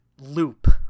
loop